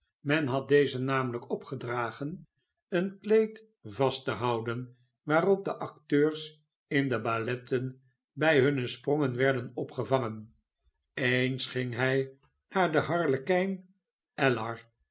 men had dezen namelijk opgdragen een kleed vast te houden waarop de acteurs in de balletten bij hunne sprongen werden opgevangen eens ging hij naar den harlekijn ellar